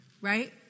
right